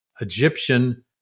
egyptian